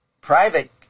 private